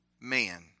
man